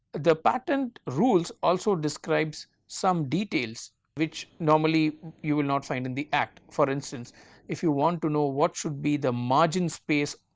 the patent rules also describes some details which normally you will not find in the act for instance if you want to know what should be the margin space